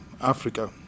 Africa